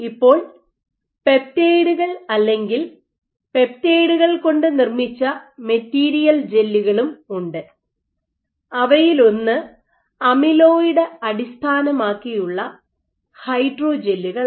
ഇപ്പോൾ പെപ്റ്റൈഡുകൾ അല്ലെങ്കിൽ പെപ്റ്റൈഡുകൾ കൊണ്ട് നിർമ്മിച്ച മെറ്റീരിയൽ ജെല്ലുകളും ഉണ്ട് അവയിലൊന്ന് അമിലോയിഡ് അടിസ്ഥാനമാക്കിയുള്ള ഹൈഡ്രോജല്ലുകളാണ്